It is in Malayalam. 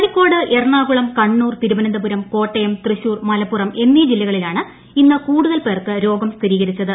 കോഴിക്കോട് എറണാകുളം കണ്ണൂർ തിരുവനന്തപുരം കോട്ടയം തൃശൂർ മലപ്പുറം എന്നീ ജില്ലകളിലാണ് ഇന്ന് കൂടുതൽ പേർക്ക് രോഗം സ്ഥിരീകരിച്ചത്